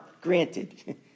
granted